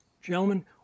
Gentlemen